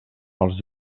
els